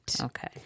Okay